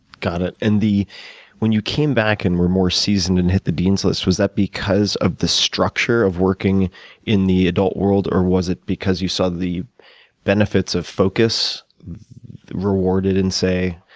got it. and the when you came back and were more seasoned, and hit the dean's list, was that because of the structure of working in the adult world, or was it because you saw the benefits of focus rewarded in, and say,